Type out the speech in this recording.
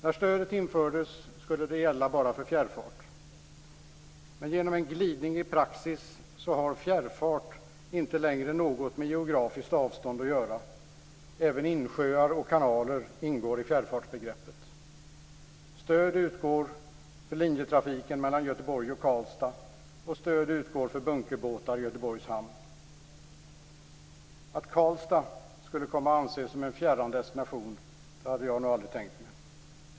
När stödet infördes skulle det gälla enbart för fjärrfart. Men genom en glidning i praxis har fjärrfart inte längre något med geografiskt avstånd att göra, även insjöar och kanaler ingår i fjärrfartsbegreppet. Stöd utgår för linjetrafiken mellan Göteborg och Karlstad, och stöd utgår för bunkerbåtar i Göteborgs Hamn. Att Karlstad skulle komma att anses som en fjärran destination hade jag nog aldrig tänkt mig.